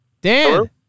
Dan